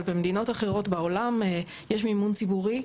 במדינות אחרות בעולם יש מימון ציבורי,